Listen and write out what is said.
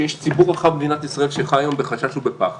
שיש ציבור רחב במדינת ישראל שחי היום בחשש ובפחד,